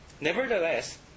Nevertheless